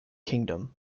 kingdom